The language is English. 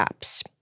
apps